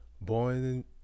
Born